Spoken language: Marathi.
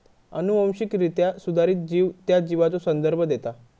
अनुवांशिकरित्या सुधारित जीव त्या जीवाचो संदर्भ देता